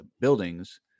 buildings